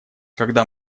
когда